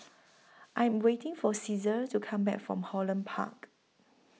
I Am waiting For Ceasar to Come Back from Holland Park